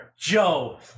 Joe